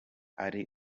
ari